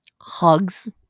Hugs